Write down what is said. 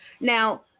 Now